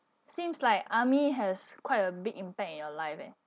seems like army has quite a big impact in your life eh